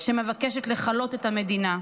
שמבקשת לכלות את המדינה.